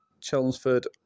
chelmsford